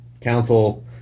council